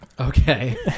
Okay